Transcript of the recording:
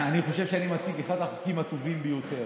אני חושב שאני מציג את אחד החוקים הטובים ביותר,